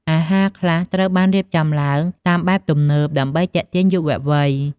អាហារខ្លះត្រូវបានរៀបចំឡើងតាមបែបទំនើបដើម្បីទាក់ទាញយុវវ័យ។